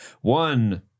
One